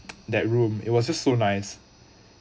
that room it was just so nice